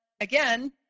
again